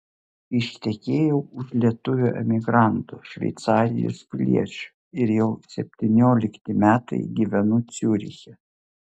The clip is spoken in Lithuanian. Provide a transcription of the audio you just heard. ištekėjau už lietuvio emigranto šveicarijos piliečio ir jau septyniolikti metai gyvenu ciuriche